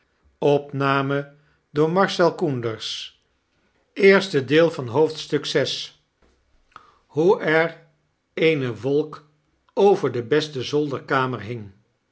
hoe er eene wolk over de beste zolderkamer hing